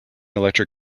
electric